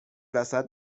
وسط